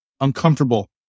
uncomfortable